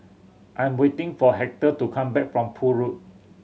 I am waiting for Hector to come back from Poole Road